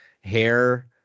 hair